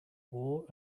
war